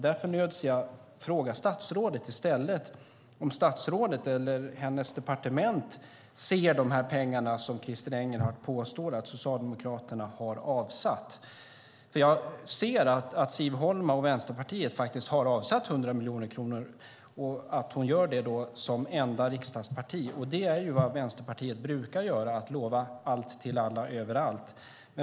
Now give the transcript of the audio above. Därför måste jag ställa frågan till statsrådet i stället om hon eller hennes departement ser dessa pengar som Christer Engelhardt påstår att Socialdemokraterna har avsatt. Jag ser att Siv Holma och Vänsterpartiet faktiskt har avsatt 100 miljoner kronor och att de gör det som enda riksdagsparti. Det är vad Vänsterpartiet brukar göra: lova allt, till alla, överallt.